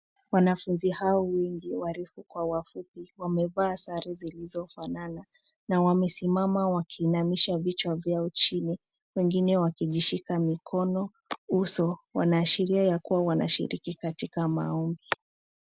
Wanafunzi hawa wengi, warefu kwa wafupi, wamevaa sare zilizofanana na wamesimama wakiinamisha vichwa vyao chini wengine wakijishika mikono, uso wanaashiria ya kuwa wanashiriki katika maombi.